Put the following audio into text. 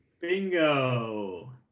Bingo